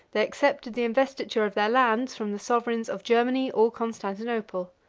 they accepted the investiture of their lands, from the sovereigns of germany or constantinople.